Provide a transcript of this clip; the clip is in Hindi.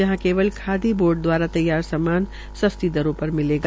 जहां केवल खादी बोर्ड द्वारा तैयार किया सामान सस्ती दरों पर मिलेगा